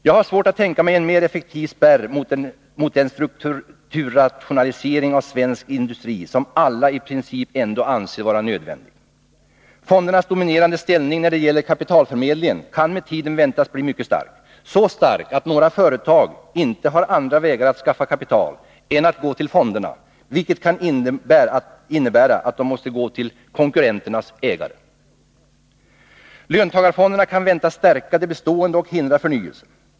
Jag har svårt att tänka mig en mera effektiv spärr mot den strukturrationalisering av svensk industri som alla i princip ändå anser vara nödvändig. Fondernas dominerande ställning när det gäller kapitalförmedlingen kan med tiden väntas bli mycket stark — så stark att några företag inte har andra vägar att skaffa kapital än att gå till fonderna, vilket kan innebära att de måste gå till konkurrenternas ägare! Löntagarfonderna kan väntas stärka det bestående och hindra förnyelse.